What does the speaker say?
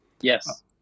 yes